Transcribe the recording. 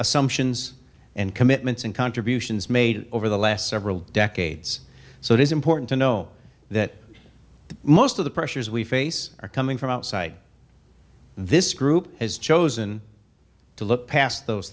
assumptions and commitments and contributions made over the last several decades so it is important to know that most of the pressures we face are coming from outside this group has chosen to look past those